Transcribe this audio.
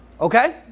Okay